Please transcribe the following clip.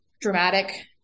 dramatic